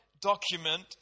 document